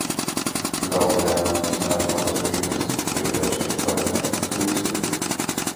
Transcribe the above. gal tai lemia aukštesnioji žmogaus prigimtis kuri verčia ieškoti nepatirtų įspūdžių